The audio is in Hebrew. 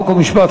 חוק ומשפט,